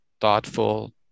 thoughtful